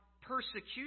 persecution